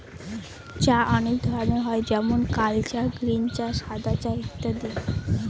চা অনেক ধরনের হয় যেমন কাল চা, গ্রীন চা, সাদা চা ইত্যাদি